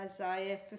Isaiah